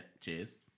cheers